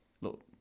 look